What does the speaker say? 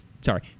sorry